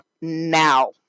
now